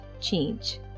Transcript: change